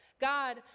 God